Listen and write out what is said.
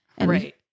right